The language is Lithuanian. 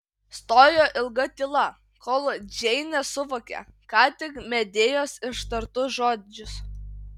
stojo ilga tyla kol džeinė suvokė ką tik medėjos ištartus žodžius